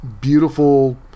beautiful